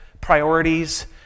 priorities